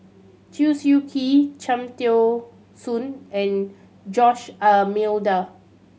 Chew Swee Kee Cham Tao Soon and Jose D'Almeida